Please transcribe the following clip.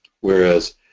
whereas